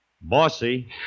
Bossy